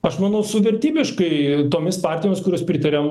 aš manau su vertybiškai tomis partijomis kurios pritaria